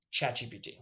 ChatGPT